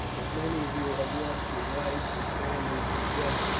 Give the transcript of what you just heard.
that many of you have lost your wives and families as well.